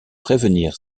prévenir